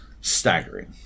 staggering